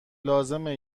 لازمه